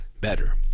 better